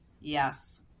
Yes